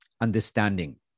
understanding